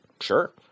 Sure